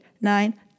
nine